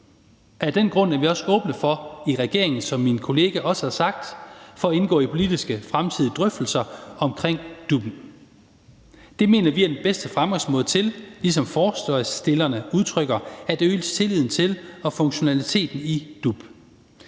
Af den grund er vi også åbne for i regeringen, som min kollega også har sagt, at indgå i fremtidige politiske drøftelser omkring DUP'en. Det mener vi er den bedste fremgangsmåde, ligesom forslagsstillerne udtrykker det, til at øge tilliden til og funktionaliteten i DUP.